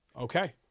Okay